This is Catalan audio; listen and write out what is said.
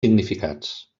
significats